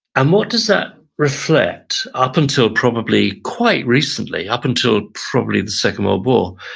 and what does that reflect? up until probably quite recently, up until probably the second world war.